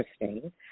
interesting